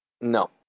No